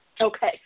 Okay